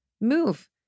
move